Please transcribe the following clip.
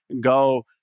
go